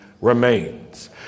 remains